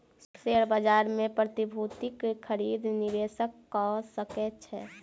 share बाजार मे प्रतिभूतिक खरीद निवेशक कअ सकै छै